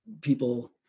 people